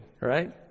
right